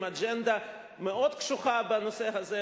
עם אג'נדה מאוד קשוחה בנושא הזה,